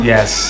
Yes